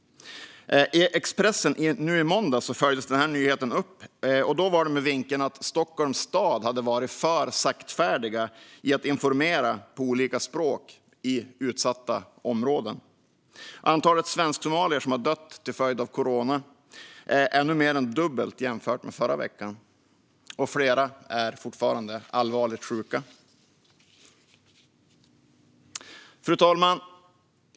I Expressen i måndags följdes nyheten upp med vinkeln att Stockholms stad varit för saktfärdig i att informera på olika språk i utsatta områden. Antalet svensksomalier som dött till följd av corona är nu mer än det dubbla jämfört med förra veckan. Flera är fortfarande allvarligt sjuka. Fru talman!